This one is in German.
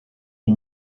die